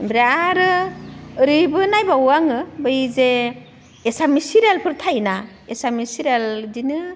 ओमफ्राय आरो ओरैबो नायबावो आङो बै जे एसामिस सिरियालफोर थायोना एसामिस सिरियाल बिदिनो